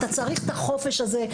אתה צריך את החופש הזה,